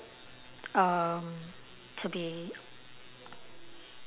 um to be